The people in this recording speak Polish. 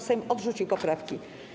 Sejm odrzucił poprawki.